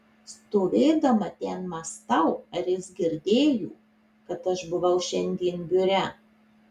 stovėdama ten mąstau ar jis girdėjo kad aš buvau šiandien biure